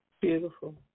Beautiful